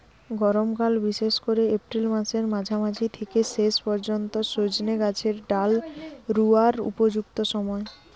গরমকাল বিশেষ কোরে এপ্রিল মাসের মাঝামাঝি থিকে শেষ পর্যন্ত সজনে গাছের ডাল রুয়ার উপযুক্ত সময়